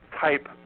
type